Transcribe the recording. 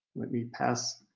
let me pass